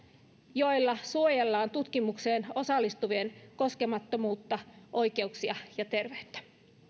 joilla suojellaan tutkimukseen osallistuvien koskemattomuutta oikeuksia ja terveyttä